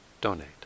donate